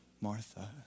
Martha